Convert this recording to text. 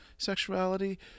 sexuality